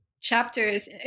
chapters